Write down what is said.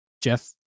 Jeff